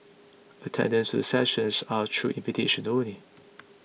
attendance to the sessions are through invitation only